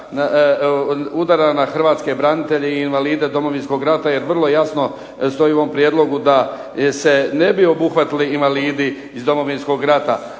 Hrvatske branitelje i invalide Domovinskog rata, jer vrlo jasno stoji u ovom prijedlogu da se ne bi obuhvatili invalidi iz Domovinskog rata.